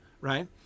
right